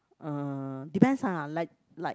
uh depends ah like like